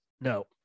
No